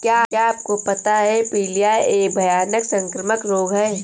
क्या आपको पता है प्लीहा एक भयानक संक्रामक रोग है?